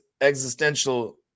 existential